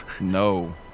No